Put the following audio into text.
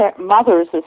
mothers